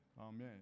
amen